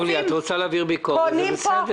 אורלי, את רוצה להעביר ביקורת, זה בסדר.